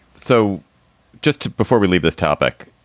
so just before we leave this topic,